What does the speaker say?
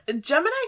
Gemini